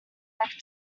like